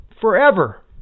forever